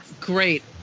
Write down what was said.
great